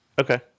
Okay